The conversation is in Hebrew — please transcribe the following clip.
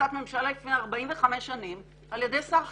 החלטת ממשלה לפני 45 שנים על ידי שר חינוך.